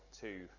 two